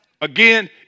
Again